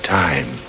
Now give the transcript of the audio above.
time